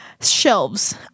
shelves